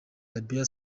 arabia